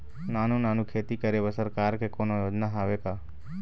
नानू नानू खेती करे बर सरकार के कोन्हो योजना हावे का?